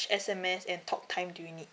S_M_S and talk time do you need